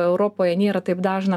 europoj nėra taip dažna